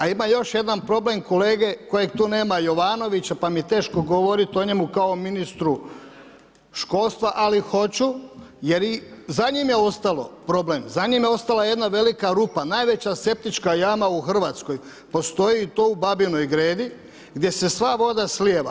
A ima još jedan problem kolege kojeg tu nema Jovanovića, pa mi je teško govoriti o njemu kao ministru školstva, ali hoću, jer i za njim je ostalo problem, za njim je ostala jedna velika rupa najveća septička jama u Hrvatskoj, postoji to u Babinoj Gredi, gdje se sva voda slijeva.